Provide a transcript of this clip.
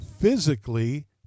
physically